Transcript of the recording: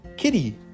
Kitty